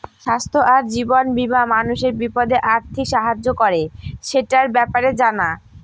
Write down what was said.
স্বাস্থ্য আর জীবন বীমা মানুষের বিপদে আর্থিক সাহায্য করে, সেটার ব্যাপারে জানা